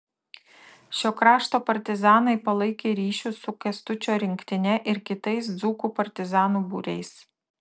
šio krašto partizanai palaikė ryšius su kęstučio rinktine ir kitais dzūkų partizanų būriais